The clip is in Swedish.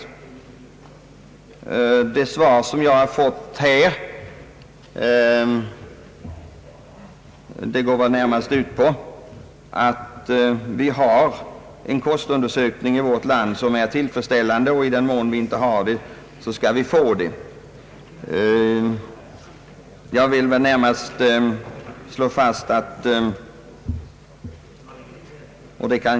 Det svar jag har fått här går närmast ut på att det gjorts en sådan undersökning i vårt land som i stort sett är tillfredsställande och att det i den mån det förekommer brister i undersökningen skall ske kompletteringar.